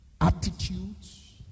attitudes